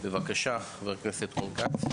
בבקשה חבר הכנסת רון כץ.